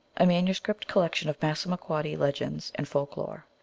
a manuscript collection of passamaquoddy legends and folk lore.